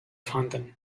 fountain